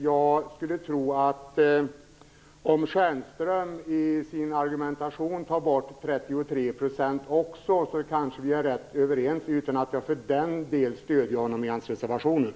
Jag skulle tro att om Michael Stjernström i sin argumentation också tar bort 33 % så kanske vi är rätt överens, utan att jag för den delen stöder honom i reservationen.